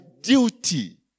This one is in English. duty